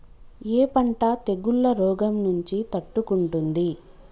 ఏ పంట తెగుళ్ల రోగం నుంచి తట్టుకుంటుంది?